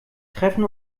treffen